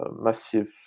massive